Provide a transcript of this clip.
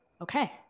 Okay